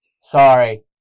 Sorry